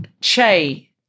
Che